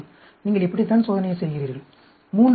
நீங்கள் இப்படித்தான் சோதனையை செய்கிறீர்கள் 3 நிலைகள்